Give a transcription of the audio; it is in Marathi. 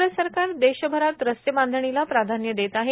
केंद्र सरकार देशभरात रस्ते बांधणीला प्राधान्य देत आहे